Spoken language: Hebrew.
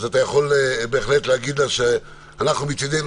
אז אתה יכול בהחלט להגיד לה שאנחנו מצידנו